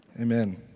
Amen